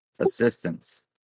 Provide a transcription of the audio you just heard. Assistance